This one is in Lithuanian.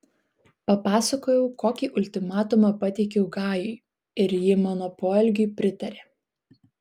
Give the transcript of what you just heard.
papasakojau kokį ultimatumą pateikiau gajui ir ji mano poelgiui pritarė